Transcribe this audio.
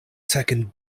second